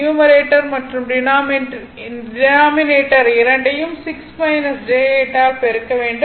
numerator மற்றும் denominator இரண்டையும் 6 j 8 ஆல் பெருக்க வேண்டும்